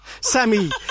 Sammy